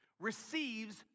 receives